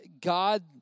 God